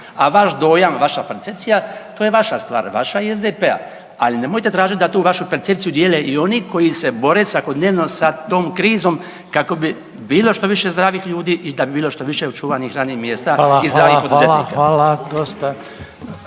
A vaš dojam, vaša percepcija, to je vaša stvar, vaša i SDP-a, ali nemojte tražiti da tu vašu percepciju dijele i oni koji se bore svakodnevno sa tom krizom kako bi bilo što više zdravih ljudi i da bi bilo što više očuvanih radnih mjesta .../Upadica: Hvala, hvala, hvala./...